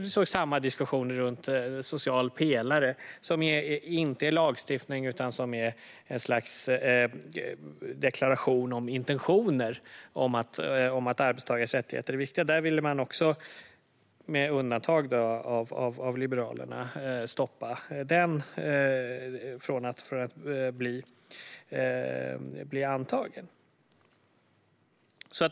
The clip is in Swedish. Vi såg samma diskussioner om den sociala pelaren, som inte är lagstiftning utan ett slags deklaration om att arbetstagares rättigheter är viktiga. Också den ville man, med undantag av Liberalerna, stoppa från att bli antagen.